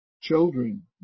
children